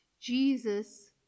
Jesus